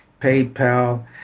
PayPal